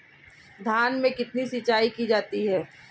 धान में कितनी सिंचाई की जाती है?